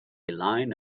line